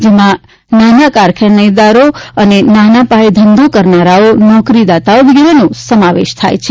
જેમાં નાના કારખાનેદારો અને નાના પાયે ધંધો કરનારાઓ નોકરીદાતાઓ વગેરેનો સમાવેશ થાય છે